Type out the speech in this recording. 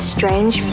Strange